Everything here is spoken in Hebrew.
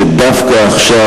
דווקא עכשיו,